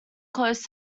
close